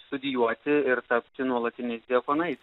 studijuoti ir tapti nuolatiniais diakonais